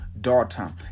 daughter